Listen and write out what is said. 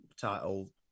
title